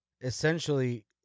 essentially